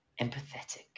Empathetic